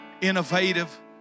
innovative